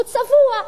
הוא צבוע.